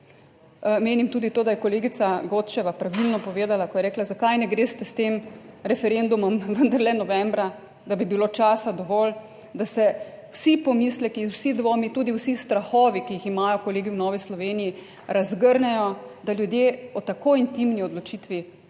Menim tudi to, da je kolegica Godčeva pravilno povedala, ko je rekla, zakaj ne greste s tem referendumom, vendarle novembra, da bi bilo časa dovolj, da se vsi pomisleki, vsi dvomi, tudi vsi strahovi, ki jih imajo kolegi v Novi Sloveniji, razgrnejo, da ljudje o tako intimni odločitvi